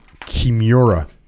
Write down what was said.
Kimura